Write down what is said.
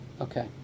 okay